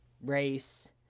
Race